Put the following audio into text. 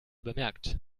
bemerkt